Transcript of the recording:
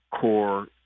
core